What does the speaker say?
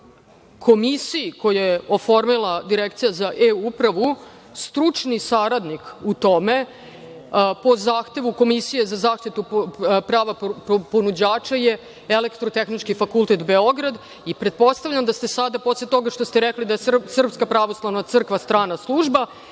komisiji koju je oformila Direkcija za e-upravu, stručni saradnik u tome, po zahtevu Komisije za zaštitu prava ponuđača je Elektrotehnički fakultet Beograd. Pretpostavljam da ste sada, posle toga što ste rekli da je SPC strana služba,